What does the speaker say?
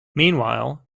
meanwhile